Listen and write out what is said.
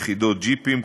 יחידות ג'יפים,